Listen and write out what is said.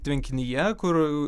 tvenkinyje kur